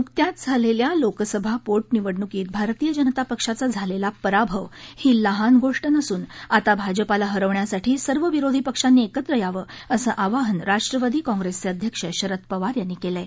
नुकत्याच झालेल्या लोकसभा पो मिवडणुकीत भारतीय जनता पक्षाचा झालेला पराभव ही लहान गोष्ट नसून आता भाजपाला हरवण्यासाठी सर्व विरोधी पक्षांनी एकत्र यावं असं आवाहन राष्ट्रवादी काँग्रेसचे अध्यक्ष शरद पवार यांनी केलं आहे